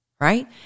Right